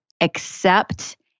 accept